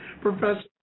Professor